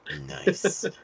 Nice